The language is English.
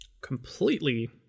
Completely